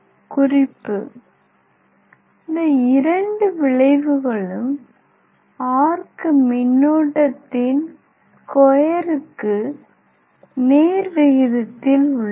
குறிப்பு இந்த இரண்டு விளைவுகளும் ஆர்க் மின்னோட்டத்தின் ஸ்கொயருக்கு நேர் விகிதத்தில் உள்ளது